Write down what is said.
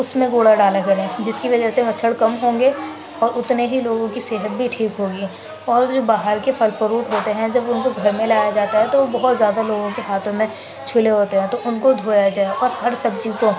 اس میں کوڑا ڈالا کریں جس کی وجہ سے مچھڑ کم ہوں گے اور اتنے ہی لوگوں کی صحت بھی ٹھیک ہوگی اور جو باہر کے پھل فروٹ ہوتے ہیں جب ان کو گھر میں لایا جاتا ہے تو بہت زیادہ لوگوں کے ہاتھوں میں چھلے ہوتے ہیں تو ان کو دھویا جائے اور ہر سبزی کو